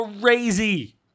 crazy